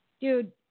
Dude